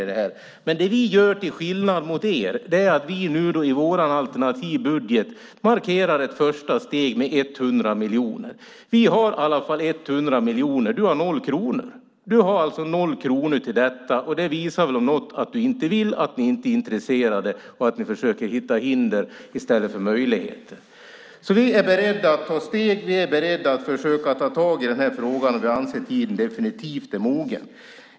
Det vi gör till skillnad mot er är att vi nu i vår alternativbudget markerar ett första steg med 100 miljoner. Vi har i alla fall 100 miljoner. Du har 0 kronor. Du har 0 kronor till detta. Det visar väl om något att du inte vill, att ni inte är intresserade och att ni försöker hitta hinder i stället för möjligheter. Vi är beredda att ta steg och försöka ta tag i den här frågan. Vi anser att tiden definitivt är mogen.